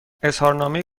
اظهارنامه